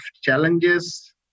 challenges